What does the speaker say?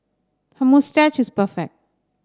her moustache is perfect